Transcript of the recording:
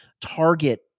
target